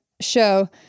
show